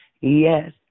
Yes